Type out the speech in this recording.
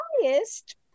highest